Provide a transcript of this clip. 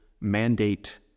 mandate